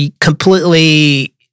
completely